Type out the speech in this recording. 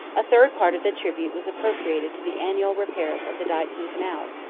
a third part of the tribute was appropriated to the annual repairs of the dikes and canals,